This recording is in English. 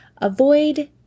avoid